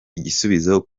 igisubizo